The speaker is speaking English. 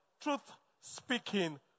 Truth-speaking